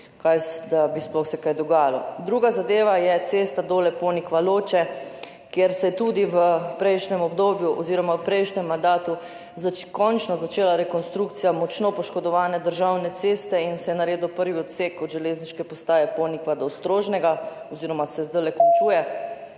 da bi sploh se kaj dogajalo. Druga zadeva je cesta Dole–Ponikva–Loče, kjer se je tudi v prejšnjem mandatu končno začela rekonstrukcija močno poškodovane državne ceste in se je naredil prvi odsek od železniške postaje Ponikva do Ostrožnega oziroma se zdaj končuje.